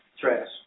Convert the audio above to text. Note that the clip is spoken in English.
Trash